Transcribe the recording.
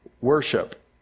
worship